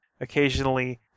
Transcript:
Occasionally